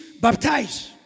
baptize